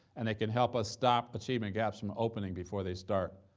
and they can help us stop achievement gaps from opening before they start,